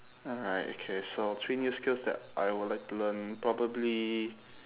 alright okay so three new skills that I would like to learn probably